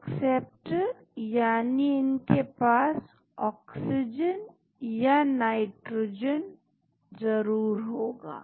acceptor यानी इनके पास ऑक्सीजन या नाइट्रोजन जरूर होगी